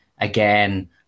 Again